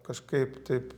kažkaip taip